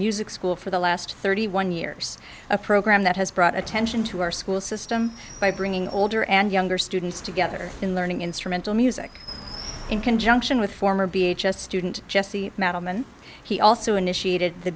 music school for the last thirty one years a program that has brought attention to our school system by bringing older and younger students together in learning instrumental music in conjunction with former b h s student jesse metal men he also initiate